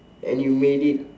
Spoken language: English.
and you made it